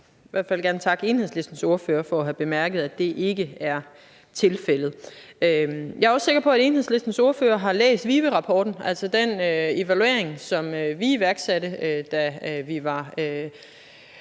hvert fald gerne takke Enhedslistens ordfører for at have bemærket, at det ikke er tilfældet. Jeg er også sikker på, at Enhedslistens ordfører har læst VIVE-rapporten, altså den evaluering, som vi iværksatte, da vi var